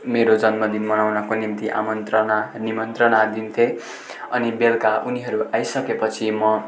मेरो जन्मदिन मनाउनको निम्ति आमन्त्रणा निमन्त्रणा दिन्थेँ अनि बेलुका उनीहरू आइसकेपछि म